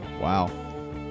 Wow